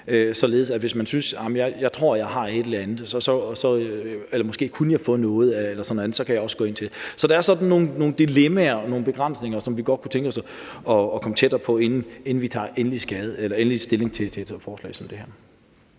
hvis man tror, man har et eller andet, eller at man måske kunne få noget? Så der er sådan nogle dilemmaer og nogle begrænsninger, som vi godt kunne tænke os at se nærmere på, inden vi tager endeligt stilling til et forslag som det her.